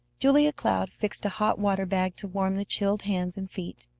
julia cloud fixed a hot-water bag to warm the chilled hands and feet.